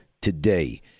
today